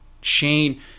Shane